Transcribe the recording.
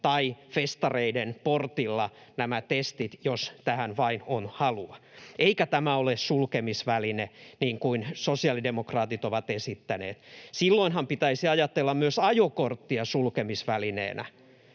tai festareiden portilla, jos tähän vain on halua. Eikä tämä ole sulkemisväline, niin kuin sosiaalidemokraatit ovat esittäneet. Silloinhan pitäisi ajatella myös ajokorttia sulkemisvälineenä.